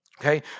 okay